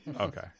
Okay